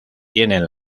tienen